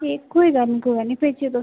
एह् कोई गल्ल नेईं कोई गल्ल नेईं भेजेओ तुस